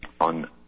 on